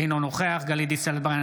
אינו נוכח גלית דיסטל אטבריאן,